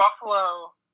Buffalo –